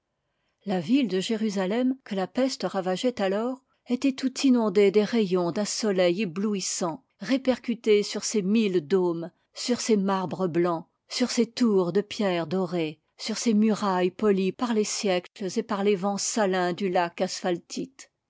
la ville de jérusalem que la peste ravageait alors était tout inondée des rayons d'un soleil éblouissant répercutés sur ses mille dômes sur ses marbres blancs sur ses tours de pierre dorée sur ses murailles polies par les siècles et par les vents salins du lac asphaltite